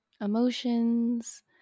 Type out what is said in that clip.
emotions